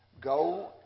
Go